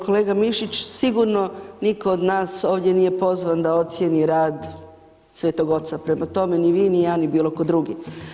Kolega Mišić, sigurno nitko od nas ovdje nije pozvan da ocijeni rad Svetog oca, pa prema tome, ni vi, ni ja, ni bilo tko drugi.